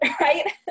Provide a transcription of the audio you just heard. Right